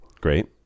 Great